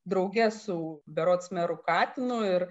drauge su berods meru katinu ir